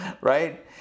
right